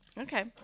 okay